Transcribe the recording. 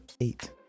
eight